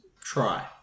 try